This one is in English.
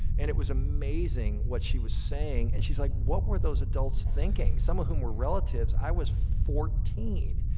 and it was amazing what she was saying. and she's like, what were those adults thinking? some of whom were relatives. i was fourteen.